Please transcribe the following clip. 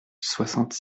soixante